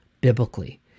biblically